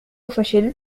فشلت